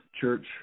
Church